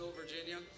Virginia